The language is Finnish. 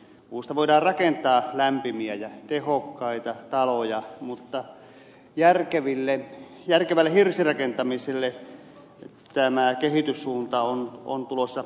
puusta voidaan rakentaa lämpimiä ja tehokkaita taloja mutta järkevälle hirsirakentamiselle tämä kehityssuunta on tulossa uhkakuvaksi